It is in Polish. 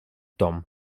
tom